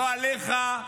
לא עליך,